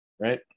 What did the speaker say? right